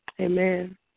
Amen